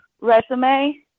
resume